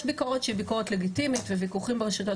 יש ביקורת שהיא ביקורת לגיטימית וויכוחים ברשתות